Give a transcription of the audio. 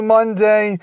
Monday